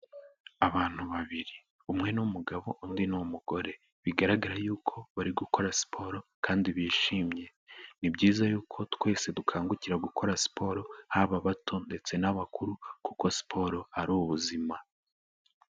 Abantu babiri, umwe ni umugabo undi ni umugore, bigaragara y'uko bari gukora siporo kandi bishimye, ni byiza y'uko twese dukangukira gukora siporo, haba bato ndetse n'abakuru kuko siporo ari ubuzima.